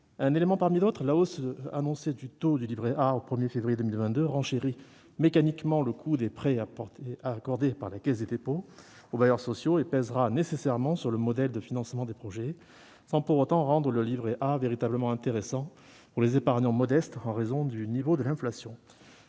Un élément parmi d'autres : la hausse annoncée du taux du livret A au 1 février 2022 renchérit mécaniquement le coût des prêts accordés par la Caisse des dépôts et consignations aux bailleurs sociaux et pèsera nécessairement sur le modèle de financement des projets sans pour autant rendre le livret A véritablement intéressant pour les épargnants modestes en raison du niveau de l'inflation.